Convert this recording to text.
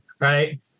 right